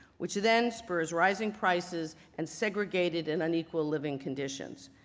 which then spurs rising prices and segregated and unequal living conditions.